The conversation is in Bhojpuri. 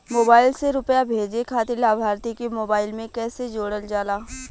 मोबाइल से रूपया भेजे खातिर लाभार्थी के मोबाइल मे कईसे जोड़ल जाला?